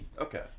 okay